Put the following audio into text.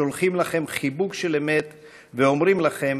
שולחים לכם חיבוק של אמת ואומרים לכם